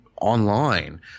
online